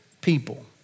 people